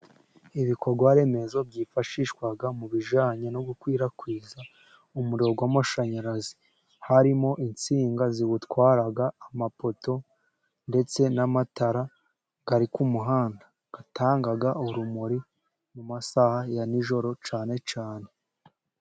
Ibikorwa remezo byifashishwa mu bijyanye no gukwirakwiza umuriro w'amashanyarazi, harimo insinga ziwutwara, amapoto ndetse n'amatara ari ku muhanda atanga urumuri mu masaha ya nijoro cyane cyane.